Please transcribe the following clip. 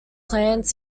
planned